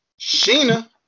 Sheena